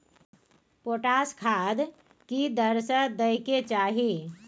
Potash खाद की दर से दै के चाही?